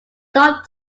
dom